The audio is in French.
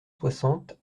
soixante